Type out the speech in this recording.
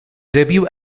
debut